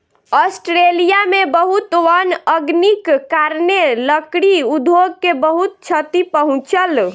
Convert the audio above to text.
Australia में बहुत वन अग्निक कारणेँ, लकड़ी उद्योग के बहुत क्षति पहुँचल